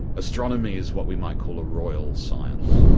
astronomy is what we might call a royal science.